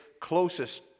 closest